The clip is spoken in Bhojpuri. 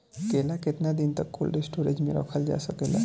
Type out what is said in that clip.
केला केतना दिन तक कोल्ड स्टोरेज में रखल जा सकेला?